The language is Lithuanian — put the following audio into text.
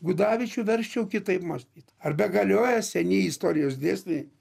gudavičių versčiau kitaip mąstyt ar begalioja seni istorijos dėsniai